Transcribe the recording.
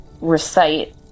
recite